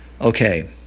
Okay